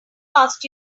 asked